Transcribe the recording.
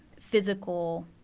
physical